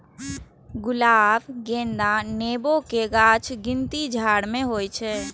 गुलाब, गेंदा, नेबो के गाछक गिनती झाड़ मे होइ छै